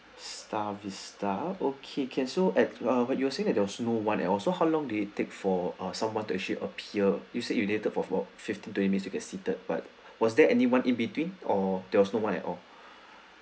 star vista okay can so at uh what you were saying that there was no one at all so how long did it take for someone to actually appear you said you waited for about fifteen to twenty to get seated but was there anyone in between or there was no one at all